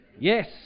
Yes